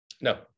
No